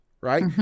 right